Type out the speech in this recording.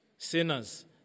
Sinners